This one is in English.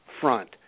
front